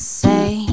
say